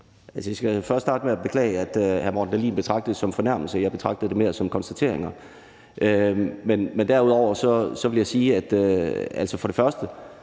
jeg skal først starte med at beklage, at hr. Morten Dahlin betragtede det som en fornærmelse. Jeg betragtede det mere som konstateringer. Derudover vil jeg sige, at for det første